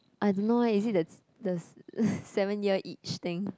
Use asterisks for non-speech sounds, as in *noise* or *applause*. I don't know eh is it the the *breath* seven year itch thing